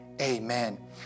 amen